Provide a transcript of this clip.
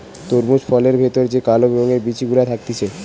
তরমুজ ফলের ভেতর যে কালো রঙের বিচি গুলা থাকতিছে